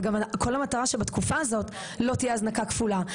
וגם כל המטרה שבתקופה הזאת לא תהיה הזנקה כפולה.